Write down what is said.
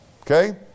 Okay